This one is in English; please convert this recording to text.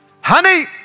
Honey